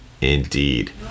Indeed